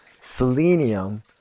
selenium